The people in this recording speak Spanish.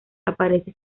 aparece